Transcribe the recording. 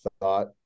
thought